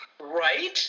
Right